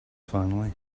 finally